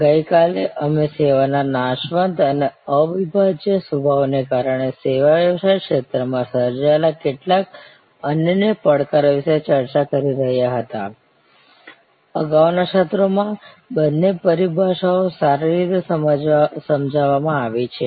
ગઈકાલે અમે સેવાના નાશવંત અને અવિભાજ્યસ્વભાવને કારણે સેવા વ્યવસાય ક્ષેત્ર માં સર્જાયેલા કેટલાક અનન્ય પડકારો વિશે ચર્ચા કરી રહ્યા હતા અગાઉના સત્રોમાં બંને પરિભાષાઓ સારી રીતે સમજાવવામાં આવી છે